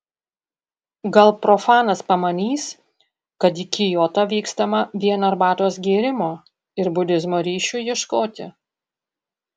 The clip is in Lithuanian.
gal profanas pamanys kad į kiotą vykstama vien arbatos gėrimo ir budizmo ryšių ieškoti